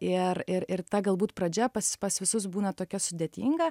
ir ir ir ta galbūt pradžia pas visus būna tokia sudėtinga